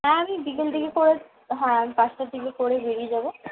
হ্যাঁ আমি বিকেলদিকে করে হ্যাঁ পাঁচটার দিকে করে বেরিয়ে যাবো